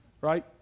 Right